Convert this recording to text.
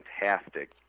fantastic